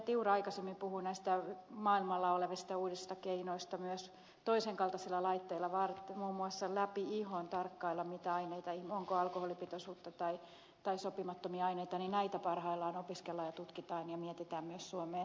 tiura täällä aikaisemmin puhui näistä maailmalla olevista uusista keinoista myös toisenkaltaisilla laitteilla muun muassa läpi ihon voidaan tarkkailla mitä aineita on onko alkoholipitoisuutta tai sopimattomia aineita niin näitä parhaillaan opiskellaan ja tutkitaan ja mietitään myös suomeen tulevaksi